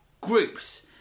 groups